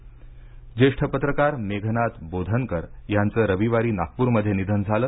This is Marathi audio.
निधन ज्येष्ठ पत्रकार मेघनाद बोधनकर यांचं रविवारी नागपूरमध्ये निधन झालं